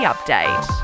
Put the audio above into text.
Update